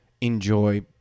enjoy